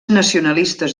nacionalistes